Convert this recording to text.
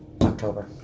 October